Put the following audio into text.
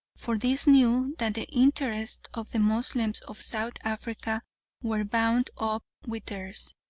for these knew that the interests of the moslems of south africa were bound up with theirs,